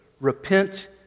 Repent